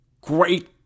great